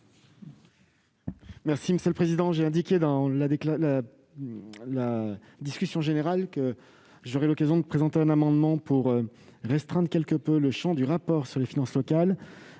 le ministre délégué. J'ai indiqué dans la discussion générale que j'aurai l'occasion de présenter un amendement visant à restreindre quelque peu le champ du rapport sur les finances locales.